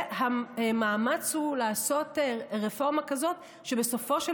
והמאמץ הוא לעשות רפורמה כזאת שבסופו של